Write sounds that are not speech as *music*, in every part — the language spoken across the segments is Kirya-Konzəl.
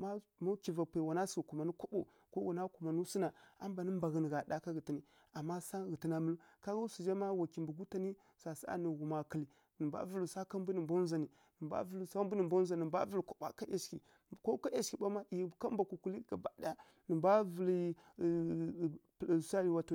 M’a ma gwiva pwai na sǝghǝ kumanǝ kaɓo ko wana kumanǝ swu na a mban mbaghǝ nǝ gha ɗa ká ghǝtǝn. Ama sam ghǝtǝna mǝlǝw ka ngga swu zha ma wa kimbǝ gutan nǝ za saˈa nǝ ghuma kǝlǝ, nǝ mbwa vǝlǝ swa mbwi nǝ mbwa ndzwa nǝ, nǝ mbwa vǝlǝ mbwi nǝ mbwa ndzwa nǝ vǝlǝ kaɓowa ka ˈyashighǝ ko ká ˈyashighǝ ɓaw ma tǝimɨ ka mbwa kukulǝ gaba ɗaya nǝ mbwa vǝlǝ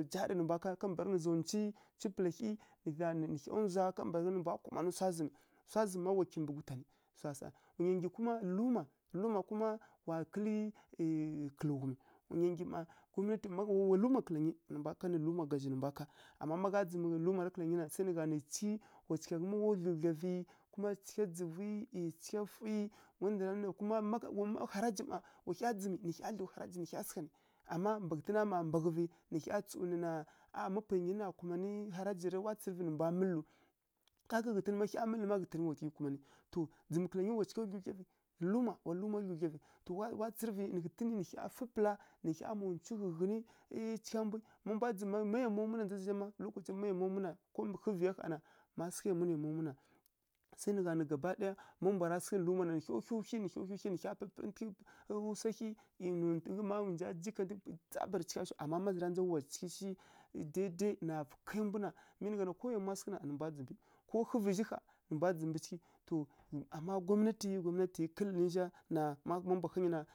*hesitation* *unintelligible* jarǝ nǝ mbwa ká kambǝragha nǝ za unci pǝla hyi nǝ hya ndzwa *unintelligible* nǝ mbwa kumanǝ swa zǝmǝ, swa zǝmǝ má kimbǝ gutan ghǝzǝ swara saá. Wa nya nggyi kuma luma, luma kuma wa kǝlǝ ˈyi ˈyi kǝlǝghumi wa nya nggyi ma *unintelligible* wa luma kǝla ghǝnyi nai mbwa kanǝ luma gazha nǝ mbwa ká. Ama má ghá dzǝmǝrǝ luma ra kǝla ghǝnyi na sai nǝ gha nǝ cighǝ, cigha má wa dlǝw dlwavǝ, kuma cigha dzǝvǝi ˈyi cigha fwi *unintelligible* ma haraji mma nǝ hya dzǝ nǝ hya dzǝmǝ nǝ hya dlǝw haraji nǝ hya sǝgha nǝ ama ghǝtǝna *unintelligible* mma mbaghǝvǝ nǝ hya ɗana a ma pwai nyi na kumanǝ haraji rǝ rai wa tsǝrǝvǝ mbwa mǝlǝi, ká ga ghǝtǝn ma hya mǝlǝi ma wa hyi kumanǝ *unintelligible* luma wa luma dlǝwdlyavǝ, wa tsǝrǝvǝ ghǝtǝn nǝ hya fǝ pǝla nǝ hya mma unci ghǝi ghǝnǝ ˈyi cigha mbwi má mbwa dzǝmǝ má ma yamwa mwi na dza zǝ zha, lokaci má yamwa mu na ko mbǝ hǝvǝya ƙha na, ma sǝgha yamwi gaba ɗaya, má mbwara sǝghǝ rǝ luma na nǝ hya hǝw hwi, nǝ hya hǝw hwi nǝ hya pǝpǝrǝntǝghǝ swa hyi nontǝ ndu ma nǝ nja jikarǝvǝ tsabarǝ cigh shiw, ma zǝ ra ndza wa cighǝ shi dai-dai na kǝlǝ mbu na ko wa yamwa sǝghǝ na nǝ mbwa ndzǝmbǝ, ko hǝvǝzhi ƙga nǝ mbwa ndzǝmbǝ cighǝ ama gwamnati gwamnatiyi kǝlǝ ninja na má mbwa ghǝnyi na.